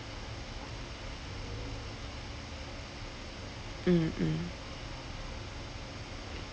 mm mm